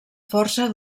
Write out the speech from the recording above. força